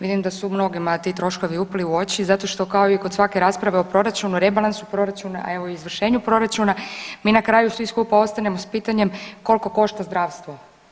Vidim da su mnogima ti troškovi upali u oči, zato što kao i kod svake rasprave o proračunu, rebalansu proračuna a evo i izvršenju proračuna, mi na kraju svi skupa ostanemo s pitanjem koliko košta zdravstvo.